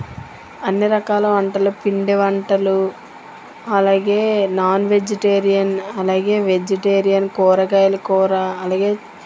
అన్ని రకాల వంటలు పిండి వంటలు అలాగే నాన్ వెజిటేరియన్ అలాగే వెజిటేరియన్ కూరగాయల కూర అలగే